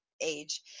age